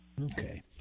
Okay